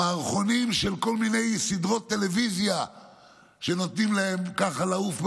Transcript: המערכונים של כל מיני סדרות טלוויזיה שנותנים להם ככה לעוף בחופשיות,